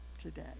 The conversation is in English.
today